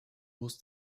muss